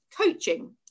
coaching